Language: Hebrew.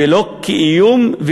ולא כאיום,